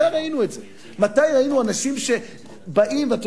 מתי ראינו את זה?